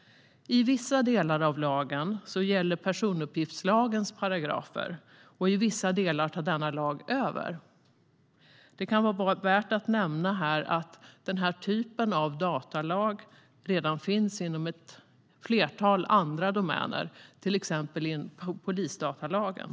I vissa delar av lagen gäller personuppgiftslagens paragrafer, och i vissa delar tar denna lag över. Det kan vara värt att nämna att den här typen av datalag redan finns inom ett flertal andra domäner, till exempel polisdatalagen.